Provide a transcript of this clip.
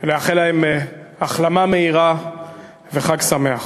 ולאחל להם החלמה מהירה וחג שמח.